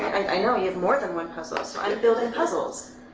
i know you have more than one puzzle, so, i'm building puzzles.